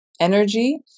energy